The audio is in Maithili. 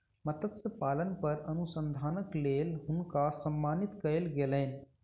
मत्स्य पालन पर अनुसंधानक लेल हुनका सम्मानित कयल गेलैन